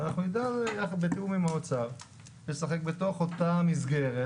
ונדע לזה יחד בתיאום עם האוצר לשחק בתוך אותה מסגרת,